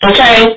Okay